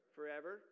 Forever